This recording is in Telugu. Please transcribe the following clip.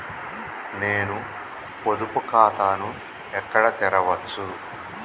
నేను పొదుపు ఖాతాను ఎక్కడ తెరవచ్చు?